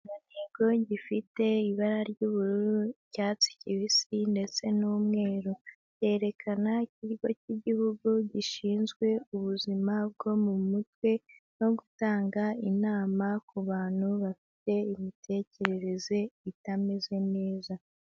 Ikigo gifite ibara ry'ubururu, icyatsi kibisi ndetse n'umweru yerekana ikigo cy'igihugu gishinzwe ubuzima bwo mu mutwe no gutanga inama ku bantu bafite imitekerereze itameze neza.